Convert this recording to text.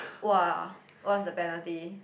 !wah! what's the penalty